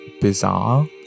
bizarre